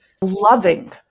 loving